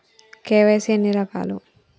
KYC ఎన్ని రకాలు?